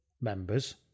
members